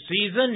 season